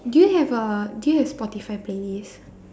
do you have a do you have Spotify playlist